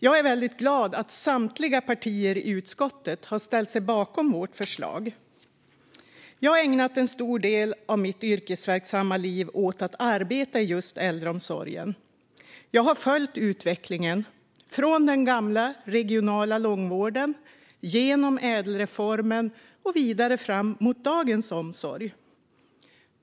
Jag är väldigt glad att samtliga partier i utskottet har ställt sig bakom vårt förslag. Jag har ägnat en stor del av mitt yrkesverksamma liv åt att arbeta i just äldreomsorgen. Jag har följt utvecklingen från den gamla regionala långvården genom ädelreformen och vidare fram mot dagens omsorg.